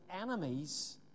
enemies